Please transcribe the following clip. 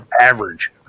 average